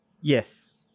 Yes